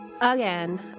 Again